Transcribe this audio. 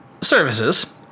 services